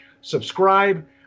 Subscribe